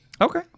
Okay